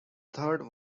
third